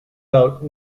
out